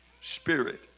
Spirit